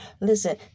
Listen